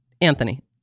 Anthony